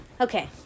Okay